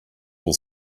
will